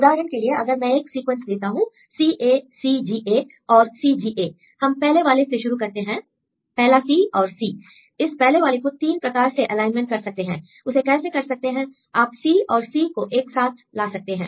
उदाहरण के लिए अगर मैं एक सीक्वेंस देता हूं CACGA और CGA हम पहले वाले से शुरू करते हैं पहला C और C इस पहले वाले को तीन प्रकार से एलाइनमेंट कर सकते हैं उसे कैसे कर सकते हैं आप C औरC को एक साथ ला सकते हैं